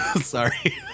Sorry